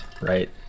right